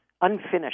Unfinished